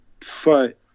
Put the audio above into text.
fight